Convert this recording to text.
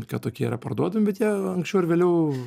kad tokie yra parduodami bet jie anksčiau ar vėliau